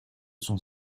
son